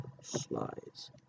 slides